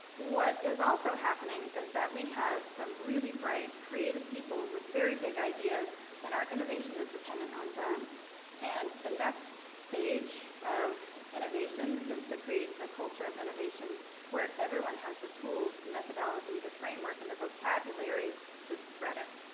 what is also happening? is that we have some really bright creative people with very big ideas and our innovation is dependent on them and the next stage of innovation is to create a culture of innovation where everyone has the tools the methodology the framework and the vocabulary to spread it